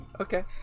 Okay